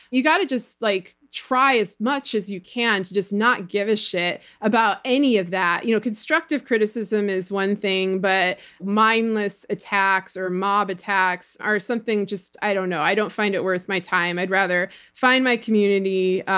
you got to just like try as much as you can to just not give a shit about any of that. you know constructive criticism is one thing, but mindless attacks or mob attacks are something just, i don't know. i don't find it worth my time. i'd rather find my community,